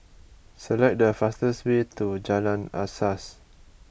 select the fastest way to Jalan Asas